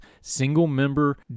single-member